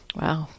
wow